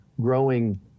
growing